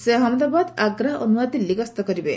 ସେ ଅହମ୍ମବାଦ ଆଗ୍ରା ଓ ନୂଆଦିଲ୍ଲୀ ଗସ୍ତ କରିବେ